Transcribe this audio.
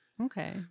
Okay